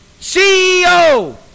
CEO